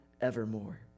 evermore